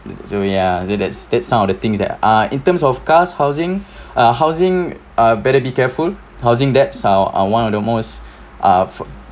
so ya so that's that's some of the things that ah in terms of cars housing ah housing uh better be careful housing debts are are one of the most uh fr~